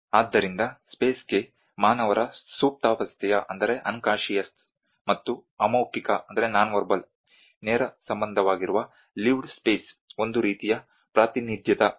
ಆದ್ದರಿಂದ ಸ್ಪೇಸ್ಗೆ ಮಾನವರ ಸುಪ್ತಾವಸ್ಥೆಯ ಮತ್ತು ಅಮೌಖಿಕ ನೇರ ಸಂಬಂಧವಾಗಿರುವ ಲಿವ್ಡ್ ಸ್ಪೇಸ್ ಒಂದು ರೀತಿಯ ಪ್ರಾತಿನಿಧ್ಯದ ಸ್ಪೇಸ್ ಆಗಿದೆ